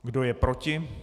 Kdo je proti?